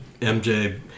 MJ